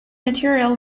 material